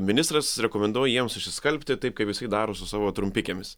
ministras rekomenduoja jiems išsiskalbti taip kaip jisai daro su savo trumpikėmis